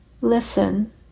Listen